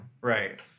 Right